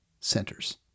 centers